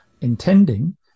intending